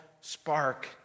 spark